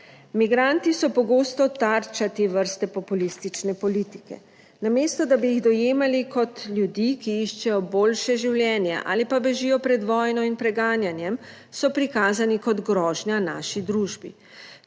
Migranti so pogosto tarča te vrste populistične politike. Namesto da bi jih dojemali kot ljudi, ki iščejo boljše življenje ali pa bežijo pred vojno in preganjanjem, so prikazani kot grožnja naši družbi.